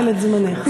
לנהל את זמנך.